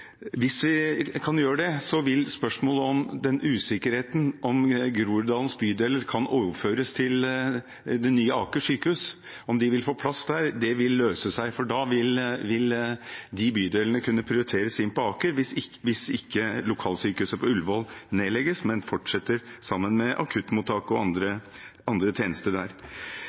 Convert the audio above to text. Hvis vi kan gjøre det, vil spørsmålet og usikkerheten om hvorvidt Groruddalens bydeler kan overføres til det nye Aker sykehus, om de vil få plass der, løse seg. De bydelene vil kunne prioriteres inn på Aker hvis ikke lokalsykehuset på Ullevål nedlegges, men fortsetter sammen med akuttmottak og andre tjenester der.